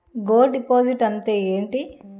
Gold deposit అంతే ఎంటి?